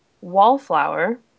Wallflower